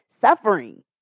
Suffering